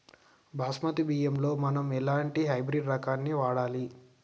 బాస్మతి బియ్యంలో మనం ఎలాంటి హైబ్రిడ్ రకం ని వాడాలి?